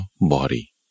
body